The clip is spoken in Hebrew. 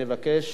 אני אבקש